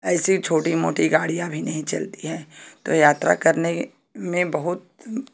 ऐसी छोटी मोटी गाड़ियाँ भी नहीं चलती हैं तो यात्रा करने में बहुत